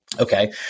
Okay